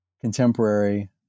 contemporary